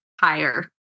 higher